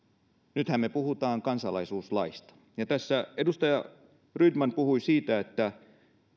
nythän me puhumme kansalaisuuslaista ja tässä edustaja rydman puhui siitä että